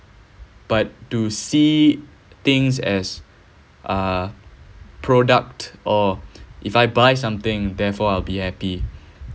but to see things as uh product or if I buy something therefore I will be happy